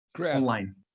Online